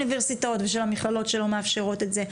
האוניברסיטאות ושל המכללות שלא מאפשרות את זה.